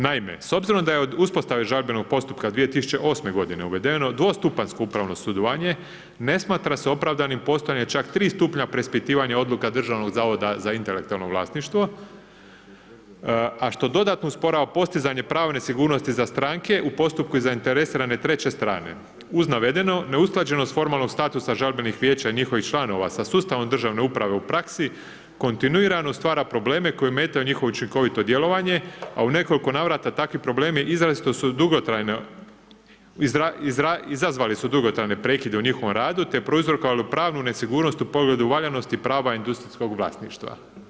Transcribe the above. Naime, s obzirom da je od uspostave žalbenog postupka 2008. g. uvedeno dvostupanjsko upravno sudovanje, ne smatra se opravdanim postojanje čak 3 stupnja preispitivanja odluka Državnog zavoda za intelektualno vlasništvo, a što dodatno usporava postizanje pravne sigurnosti za stranke u postupku zainteresirane treće strane, uz navedeno neusklađenost formalnog statusa žalbenih vijeća i njihovih članova sa sustavom državne uprave u praksi kontinuirano stvara probleme koje ometaju njihovo učinkovito djelovanje, a u nekoliko navrata takvi problemi izrazito su dugotrajna izazvali su dugotrajne prekida u njihovom radu, te prouzrokovale pravnu nesigurnost u pogledu valjanosti prava industrijskog vlasništva.